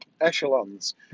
echelons